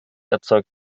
erzeugt